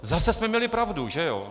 Zase jsme měli pravdu, že jo?